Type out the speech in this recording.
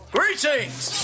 Greetings